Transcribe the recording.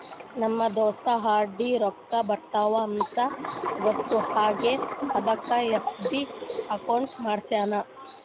ನಮ್ ದೋಸ್ತ ಆರ್.ಡಿ ರೊಕ್ಕಾ ಬರ್ತಾವ ಅಂತ್ ಗೊತ್ತ ಆಗಿ ಅದಕ್ ಎಫ್.ಡಿ ಅಕೌಂಟ್ ಮಾಡ್ಯಾನ್